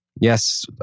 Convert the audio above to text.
Yes